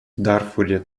дарфуре